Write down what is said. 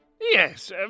Yes